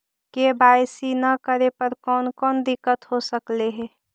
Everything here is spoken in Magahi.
के.वाई.सी न करे पर कौन कौन दिक्कत हो सकले हे?